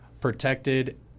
protected